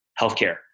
healthcare